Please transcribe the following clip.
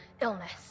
illness